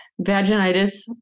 vaginitis